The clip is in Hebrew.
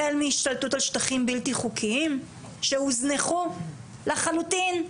החל מהשתלטות על שטחים בלתי חוקיים שהוזנחו לחלוטין,